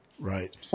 Right